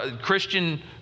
Christian